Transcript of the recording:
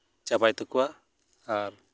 ᱪᱟᱵᱟᱭ ᱛᱟᱠᱚᱣᱟ ᱟᱨ